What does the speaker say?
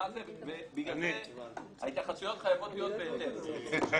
בגלל זה ההתייחסויות חייבות להיות בהתאם.